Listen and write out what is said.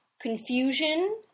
Confusion